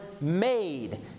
made